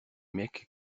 mecs